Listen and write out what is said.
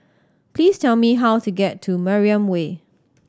please tell me how to get to Mariam Way